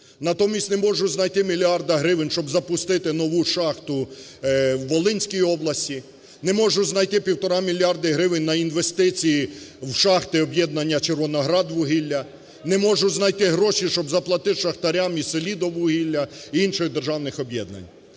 Натомість не можуть знайти мільярда гривень, щоб запустити нову шахту в Волинській області. Не можуть знайти півтора мільярда гривень на інвестиції в шахти об'єднання "Червоноградвугілля". Не можуть знайти гроші, щоб заплатити шахтарям із "Селидіввугілля" і інших державних об'єднань.